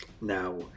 now